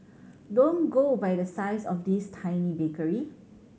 don't go by the size of this tiny bakery